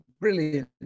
brilliant